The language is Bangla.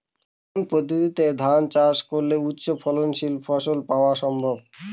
কোন পদ্ধতিতে ধান চাষ করলে উচ্চফলনশীল ফসল পাওয়া সম্ভব?